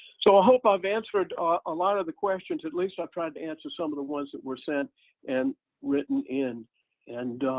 so i hope i've answered a lot of the questions, at least i've tried to answer some of the ones that were sent and written in and